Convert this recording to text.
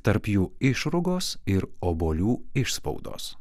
tarp jų išrūgos ir obuolių išspaudos